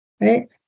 Right